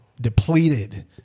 depleted